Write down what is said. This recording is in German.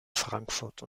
frankfurt